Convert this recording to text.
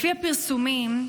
לפי הפרסומים,